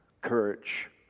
Courage